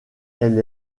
elle